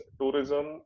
tourism